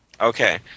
Okay